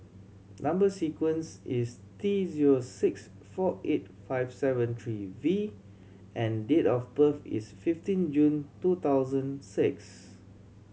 number sequence is T zero six four eight five seven three V and date of birth is fifteen June two thousand six